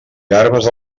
garbes